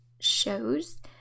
shows